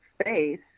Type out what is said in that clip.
space